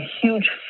huge